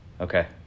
Okay